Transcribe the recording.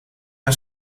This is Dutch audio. een